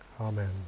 Amen